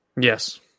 Yes